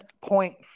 point